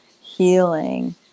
healing